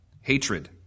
hatred